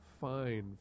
fine